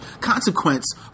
consequence